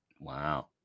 Wow